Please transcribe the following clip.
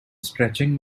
stretching